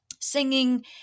singing